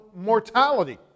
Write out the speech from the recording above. mortality